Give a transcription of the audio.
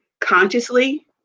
consciously